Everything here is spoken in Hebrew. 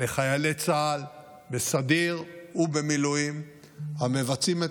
לחיילי צה"ל בסדיר ובמילואים המבצעים את